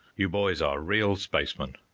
you boys are real spacemen!